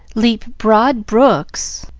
leap broad brooks,